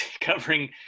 covering